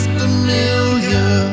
familiar